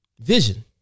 Vision